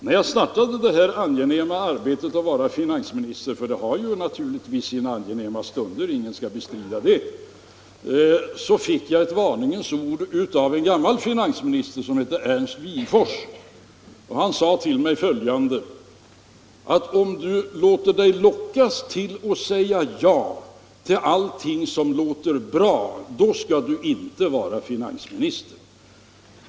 När jag startade det här angenäma arbetet att vara finansminister — för det har naturligtvis sina angenäma stunder, ingen skall bestrida det —- fick jag ett varningens ord av en gammal finansminister som hette Ernst Wigforss. Han sade till mig följande: Om du låter dig lockas att säga ja till allting som låter bra då skall du inte vara finansminister.